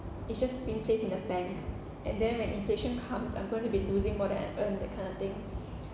it's just been placed in the bank and then when inflation comes I'm going to be losing more than I earn that kind of thing